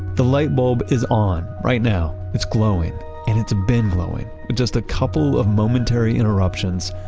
the light bulb is on right now. it's glowing and it's been glowing, with just a couple of momentary interruptions,